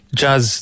jazz